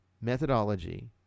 methodology